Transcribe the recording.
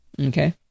Okay